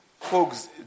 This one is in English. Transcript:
Folks